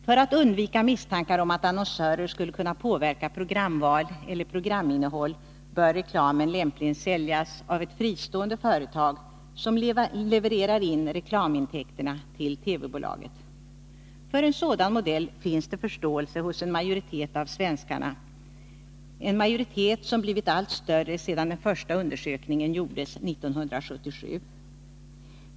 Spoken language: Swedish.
För att man skall undvika misstankar om att annonsörer skulle kunna påverka programval eller programinnehåll, bör reklamen lämpligen säljas av ett fristående företag, som levererar in reklamintäkterna till TV-bolaget. För en sådan modell finns det förståelse hos en majoritet av svenskarna, en majoritet som blivit allt större sedan den första undersökningen gjordes 1977.